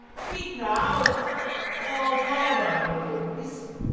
speak now or forever hold your peace.